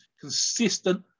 consistent